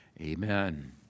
Amen